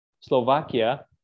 Slovakia